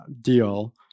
deal